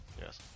Yes